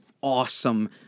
awesome